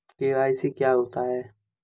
KYC क्या होता है?